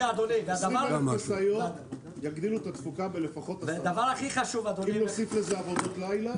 20,000 משאיות יגדילו את התפוקה בלפחות 10%. אם נוסיף לזה עבודות לילה